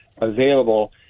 available